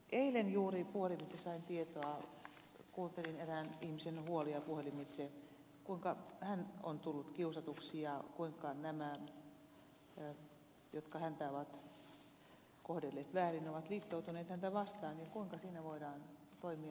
eilen juuri kuuntelin erään ihmisen huolia puhelimitse kuinka hän on tullut kiusatuksi ja kuinka nämä jotka häntä ovat kohdelleet väärin ovat liittoutuneet häntä vastaan ja kuinka siinä voidaan toimia oikein